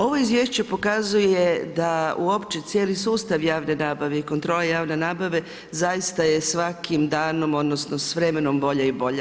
Ovo izvješće pokazuje da uopće cijeli sustav javne nabave i kontrole javne nabave zaista je svakim danom, odnosno s vremenom bolja i bolja.